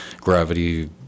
gravity